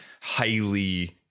highly